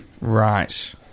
Right